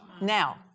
Now